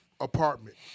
apartment